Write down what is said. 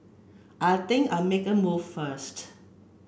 I think I make a move first